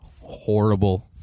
Horrible